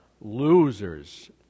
losers